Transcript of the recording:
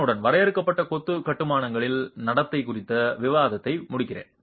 அதனுடன் வரையறுக்கப்பட்ட கொத்து கட்டுமானங்களின் நடத்தை குறித்த விவாதத்தை முடிக்கிறேன்